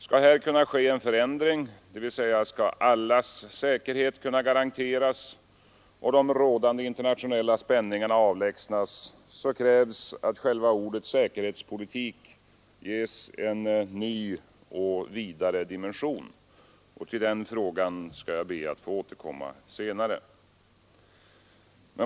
Skall här kunna ske en förändring, dvs. skall allas säkerhet kunna garanteras och de rådande internationella spänningarna avlägsnas, krävs att själva ordet säkerhetspolitik ges en ny och vidare dimension. Till den frågan skall jag be att få återkomma senare.